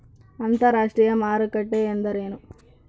ಅಂತರಾಷ್ಟ್ರೇಯ ಮಾರುಕಟ್ಟೆ ಎಂದರೇನು?